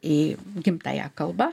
į gimtąją kalbą